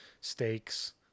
steaks